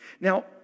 Now